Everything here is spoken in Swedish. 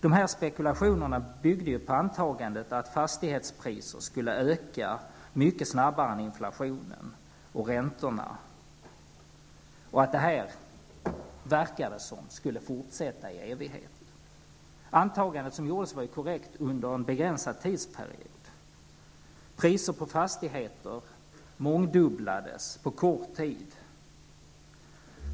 De här spekulationerna byggde på antagandet att fastighetspriserna skulle öka mycket snabbare än inflationen och räntorna och att detta -- så verkade det -- skulle fortsätta i evighet. Det antagande som gjordes var korrekt under en begränsad tidsperiod. Priser på fastigheter mångdubblades på kort tid.